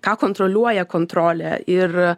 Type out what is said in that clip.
ką kontroliuoja kontrolė ir